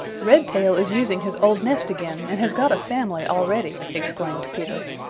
redtail is using his old nest again and has got a family already, exclaimed peter.